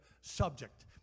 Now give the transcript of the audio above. subject